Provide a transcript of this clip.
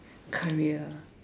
career